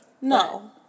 No